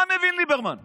מה מבין ליברמן ביהדות?